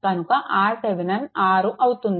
కనుక RTH 6 అవుతుంది